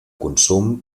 consum